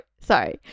Sorry